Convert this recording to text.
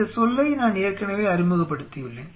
இந்த சொல்லை நான் ஏற்கனவே அறிமுகப்படுத்தியுள்ளேன்